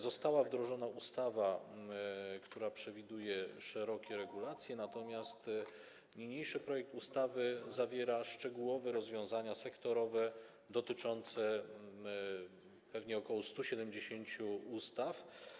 Została wdrożona ustawa, która przewiduje szerokie regulacje, natomiast niniejszy projekt ustawy zawiera szczegółowe rozwiązania sektorowe dotyczące ok. 170 ustaw.